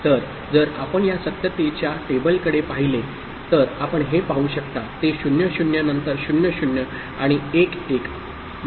तर जर आपण या सत्यतेच्या टेबलकडे पाहिले तर आपण हे पाहू शकता ते 0 0 नंतर 0 0 आणि 1 1